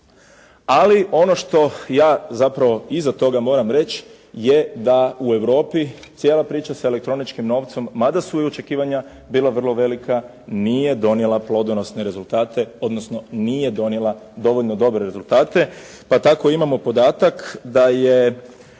ali ono što ja zapravo iza toga moram reći da u Europi cijela priča sa elektroničkim novcem, mada su i očekivanja bila vrlo velika, nije donijela plodonosne rezultate, odnosno nije donijela dovoljno dobre rezultate, pa tako imamo podatak da je